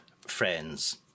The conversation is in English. friends